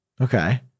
Okay